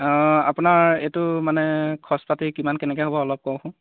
অঁ আপোনাৰ এইটো মানে খৰচ পাতি কিমান কেনেকৈ হ'ব অলপ কওকচোন